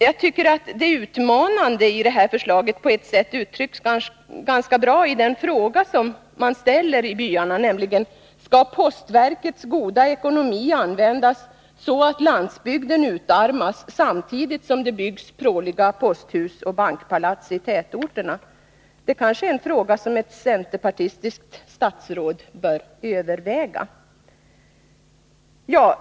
Jag tycker att det utmanande i förslaget om indragning uttrycks ganska bra av den fråga som man ställer i byarna, nämligen: Skall postverkets goda ekonomi användas så att landsbygden utarmas samtidigt som det byggs pråliga posthus och bankpalats i tätorterna? Det kanske är en fråga som ett centerpartistiskt statsråd bör fundera över.